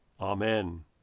Amen